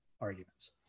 arguments